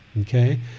Okay